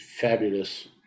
fabulous